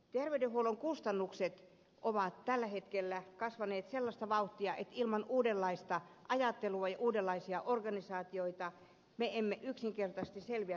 terveydenhuollon kustannukset ovat tällä hetkellä kasvaneet sellaista vauhtia että ilman uudenlaista ajattelua ja uudenlaisia organisaatioita me emme yksinkertaisesti selviä tulevaisuudessa